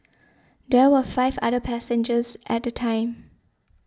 there were five other passengers at the time